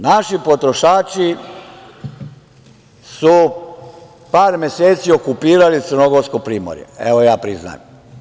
Naši potrošači su par meseci okupirali crnogorsko primorje, evo ja priznajem.